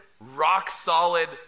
rock-solid